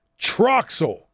Troxel